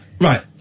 Right